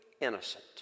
innocent